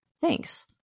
Thanks